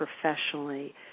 professionally